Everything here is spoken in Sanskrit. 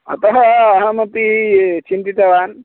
अतः अहमपि चिन्तितवान्